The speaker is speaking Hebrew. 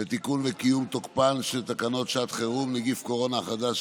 לתיקון ולקיום תוקפן של תקנות שעת חירום (נגיף הקורונה החדש,